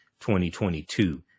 2022